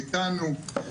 אתנו,